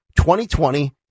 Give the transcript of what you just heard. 2020